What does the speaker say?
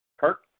Kirk